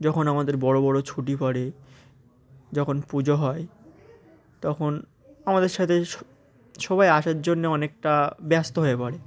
যখন আমাদের বড় বড় ছুটি পড়ে যখন পুজো হয় তখন আমাদের সাথে সবাই আসার জন্যে অনেকটা ব্যস্ত হয়ে পড়ে